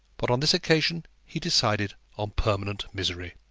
but on this occasion he decided on permanent misery.